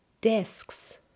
desks